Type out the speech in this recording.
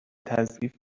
تعضیف